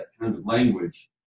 language